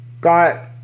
got